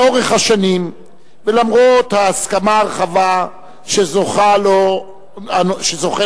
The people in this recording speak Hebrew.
לאורך השנים, ולמרות ההסכמה הרחבה שזוכה לה הנושא,